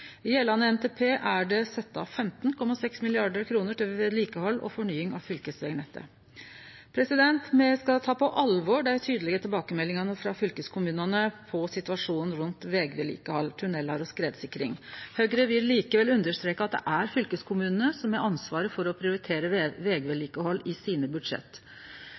gjeldande NTP er det sett av 15,6 mrd. kr til vedlikehald og fornying av fylkesvegnettet. Me skal ta på alvor dei tydelege tilbakemeldingane frå fylkeskommunane om situasjonen rundt vegvedlikehald, tunnelar og skredsikring. Høgre vil likevel understreke at det er fylkeskommunane som har ansvaret for å prioritere vegvedlikehald i sine budsjett.